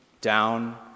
down